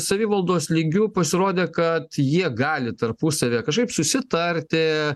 savivaldos lygiu pasirodė kad jie gali tarpusavyje kažkaip susitarti